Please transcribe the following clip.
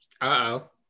Uh-oh